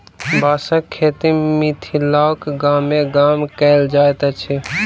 बाँसक खेती मिथिलाक गामे गाम कयल जाइत अछि